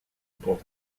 pour